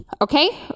okay